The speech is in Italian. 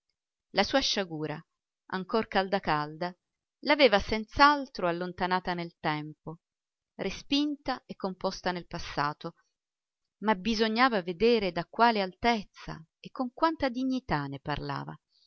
la sua sciagura ancor calda calda l'aveva senz'altro allontanata nel tempo respinta e composta nel passato ma bisognava vedere da quale altezza e con quanta dignità ne parlava